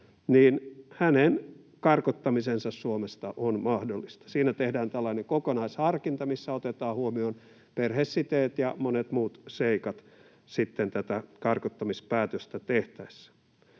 niin hänen karkottamisensa Suomesta on mahdollista. Siinä tehdään kokonaisharkinta, missä otetaan huomioon perhesiteet ja monet muut seikat tätä karkottamispäätöstä tehtäessä.